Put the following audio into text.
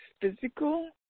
physical